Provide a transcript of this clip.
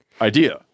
idea